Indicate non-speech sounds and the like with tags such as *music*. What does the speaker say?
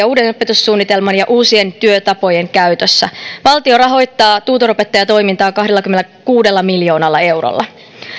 *unintelligible* uuden opetussuunnitelman ja uusien työtapojen käytössä valtio rahoittaa tutor opettajatoimintaa kahdellakymmenelläkuudella miljoonalla eurolla